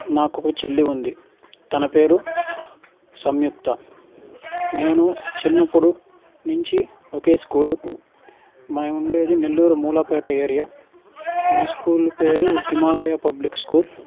నాకు ఒక చెల్లి ఉంది తన పేరు సంయుక్త నేను చిన్నపుడు నుంచి ఒకే స్కూల్ మేము ఉండేది నెల్లూరు మూలాపేట ఏరియా మా స్కూల్ పేరు హిమాలయ పబ్లిక్ స్కూల్